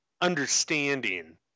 understanding